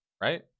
right